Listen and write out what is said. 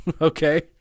Okay